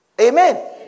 Amen